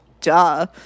duh